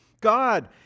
God